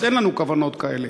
אז אין לנו כוונות כאלה.